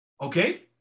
okay